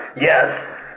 yes